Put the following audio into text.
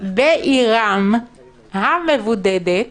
בעירם המבודדת,